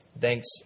Thanks